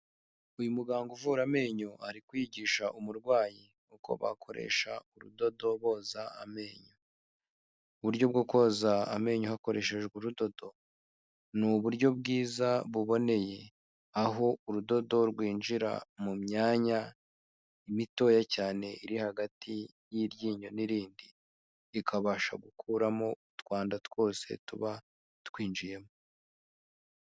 Uyu muganga uvura amenyo, ari kwigisha umurwayi uko bakoresha urudodoboza amenyo. Uburyo bwo koza amenyo hakoreshejwe urudodo ni uburyo bwiza buboneye aho urudodo rwinjira mu myanya imitoya cyane, iri hagati y'iryinyo n'irindi, rikabasha gukuramo utwanda twose tuba twinjiyemo.